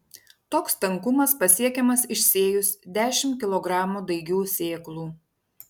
toks tankumas pasiekiamas išsėjus dešimt kilogramų daigių sėklų